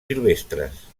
silvestres